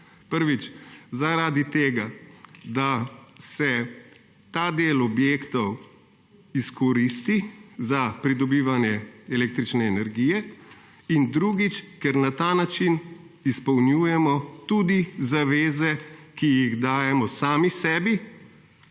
Prvič zaradi tega, da se ta del objektov izkoristi za pridobivanje električne energije in drugič, ker na ta način izpolnjujemo tudi zaveze, ki jih dajemo sami sebi